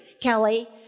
Kelly